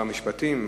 המשפטים